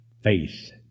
faith